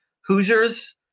Hoosiers